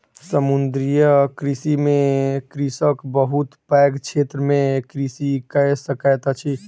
समुद्रीय कृषि में कृषक बहुत पैघ क्षेत्र में कृषि कय सकैत अछि